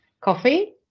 coffee